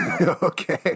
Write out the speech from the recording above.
Okay